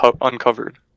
uncovered